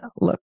look